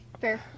Fair